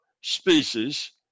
species